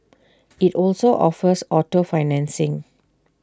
IT also offers auto financing